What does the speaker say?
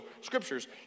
scriptures